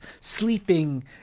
sleeping